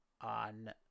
on